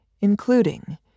including